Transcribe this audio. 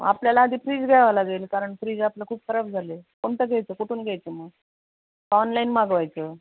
आपल्याला आधी फ्रीज घ्यावं लागेल कारण फ्रीज आपलं खूप खराब झाले कोणतं घ्यायचं कुठून घ्यायचं मग ऑनलाईन मागवायचं